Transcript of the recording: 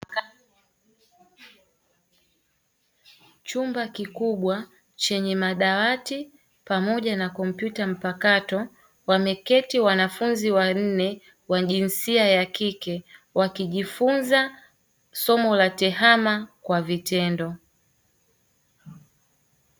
Chumba kikubwa chenye madawati pamoja na kompyuta mpakato wameketi wanafunzi wanne wa jinsia ya kike wakijifunza somo la tehama kwa vitendo.